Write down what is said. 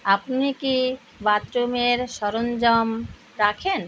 আপনি কি বাথরুমের সরঞ্জাম রাখেন